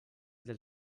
del